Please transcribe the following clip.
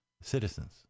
citizens